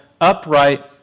upright